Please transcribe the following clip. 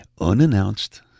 Unannounced